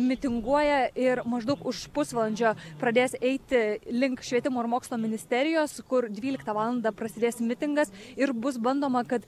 mitinguoja ir maždaug už pusvalandžio pradės eiti link švietimo ir mokslo ministerijos kur dvyliktą valandą prasidės mitingas ir bus bandoma kad